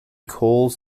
calls